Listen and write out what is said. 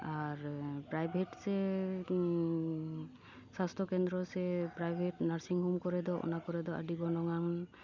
ᱟᱨ private ᱥᱮ ᱥᱟᱥᱛᱷᱚ ᱠᱮᱱᱫᱨᱚ ᱥᱮ ᱯᱮᱨᱟᱭᱵᱷᱮᱴ ᱱᱟᱨᱥᱤᱝ ᱦᱳᱢ ᱠᱚᱨᱮ ᱫᱚ ᱚᱱᱟ ᱠᱚᱨᱮ ᱫᱚ ᱟᱹᱰᱤ ᱜᱚᱱᱚᱝᱼᱟᱱ